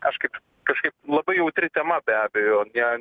aš kaip kažkaip labai jautri tema be abejo ne